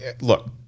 Look